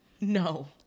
No